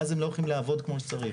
ואז הם לא הולכים לעבוד כמו שצריך.